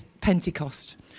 Pentecost